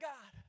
God